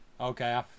Okay